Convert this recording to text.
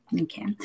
Okay